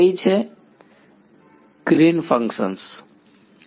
વિદ્યાર્થી Green's function green's function